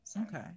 Okay